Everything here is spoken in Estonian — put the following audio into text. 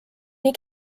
nii